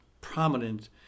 prominent